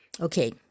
Okay